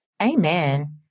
Amen